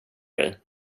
grej